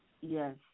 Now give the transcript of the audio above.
Yes